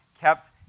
kept